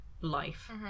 life